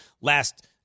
Last